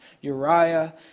Uriah